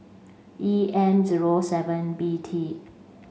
E M zero seven B T